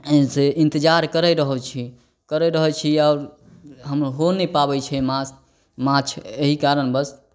से इन्तजार करि रहल छी करै रहै छी आओर हम हो नहि पाबै छै माछ माछ एहि कारणवश